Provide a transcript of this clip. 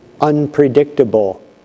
unpredictable